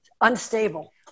unstable